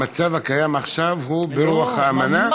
המצב הקיים עכשיו הוא ברוח האמנה?